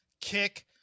kick